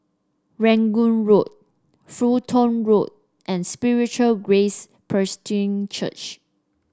Rangoon Road Fulton Road and Spiritual Grace Presbyterian Church